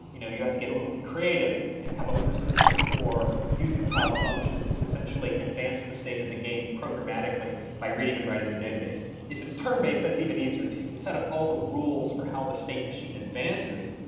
you know you have to get a little bit creative and come up with a system for using cloud functions to essentially advance the state of the game programmatically by reading and and writing the database. if it's turn-based, that's even easier because you can set up all the rules for how the state machine advances.